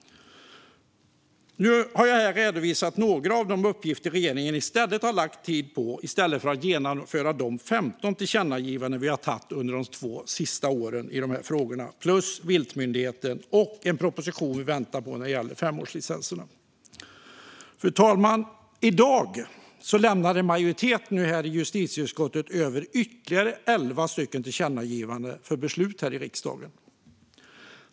Jag har här redovisat några av de uppgifter som regeringen har lagt tid på i stället för att genomföra de 15 tillkännagivanden som vi har riktat i dessa frågor under de två senaste åren, plus detta med viltmyndigheten och den proposition om femårslicenserna som vi väntar på. I dag, fru talman, lämnade en majoritet i justitieutskottet alltså över förslag till ytterligare 11 tillkännagivanden för beslut här i riksdagen.